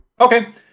Okay